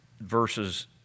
verses